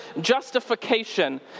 justification